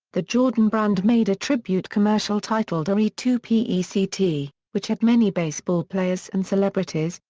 the jordan brand made a tribute commercial titled r e two p e c t, which had many baseball players and celebrities,